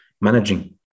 managing